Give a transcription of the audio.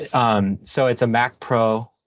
um so it's a mac pro,